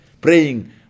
praying